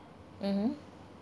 mmhmm